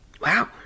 Wow